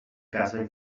casa